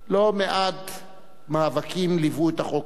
לא מעט מאבקים ליוו את החוק הזה,